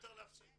--- יותר להפסיד.